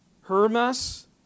Hermas